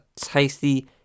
tasty